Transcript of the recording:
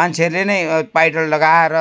मान्छेहरूले नै पाइडल लगाएर